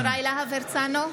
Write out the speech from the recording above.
יוראי להב הרצנו,